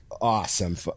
awesome